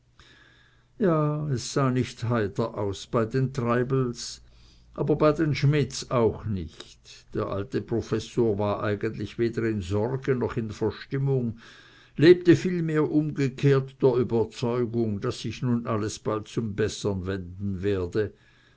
ja es sah nicht heiter aus bei den treibels aber bei den schmidts auch nicht der alte professor war eigentlich weder in sorge noch in verstimmung lebte vielmehr umgekehrt der überzeugung daß sich nun alles bald zum besseren wenden werde